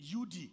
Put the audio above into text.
UD